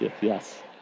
Yes